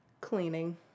cleaning